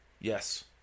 Yes